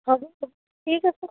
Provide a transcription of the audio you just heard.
হ'ব হ'ব ঠিক আছে